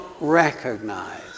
recognize